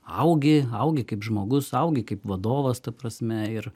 augi augi kaip žmogus augi kaip vadovas ta prasme ir